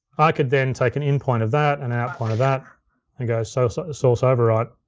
i could then take an in point of that and an out point of that and go so sort of source override.